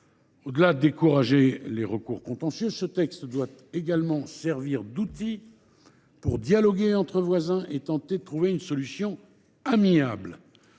que décourager les recours contentieux, ce texte doit également servir d’instrument de dialogue entre voisins et contribuer à trouver une solution amiable,